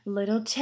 little